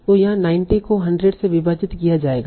तो यहाँ 90 को 100 से विभाजित किया जाएगा